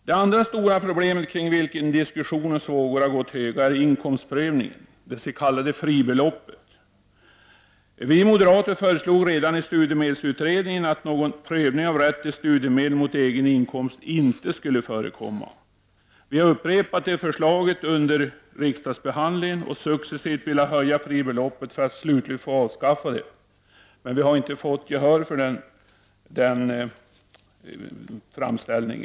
Det andra stora problemet som gjort att diskussionens vågor har gått höga är inkomstprövningen, det s.k. fribeloppet. Vi moderater föreslog redan i samband med studiemedelsutredningen att prövning av rätten till studiemedel mot egen inkomst inte skulle förekomma. Vi har upprepat det förslaget under riksdagsbehandlingen. Dessutom har vi velat höja fribeloppet successivt för att slutligen få avskaffa detta. Men vi har inte fått gehör för denna vår framställning.